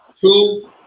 two